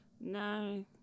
No